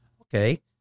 Okay